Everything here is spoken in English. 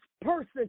person